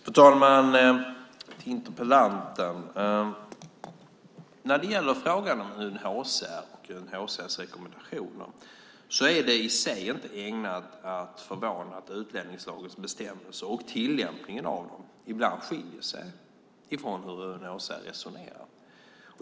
Fru talman! Jag vänder mig till interpellanten. När det gäller frågan om UNHCR och UNHCR:s rekommendationer är det i sig inte ägnat att förvåna att utlänningslagens bestämmelser och tillämpningen av dem ibland skiljer sig från hur UNHCR resonerar.